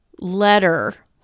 letter